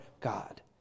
God